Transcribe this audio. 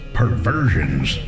perversions